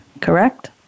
correct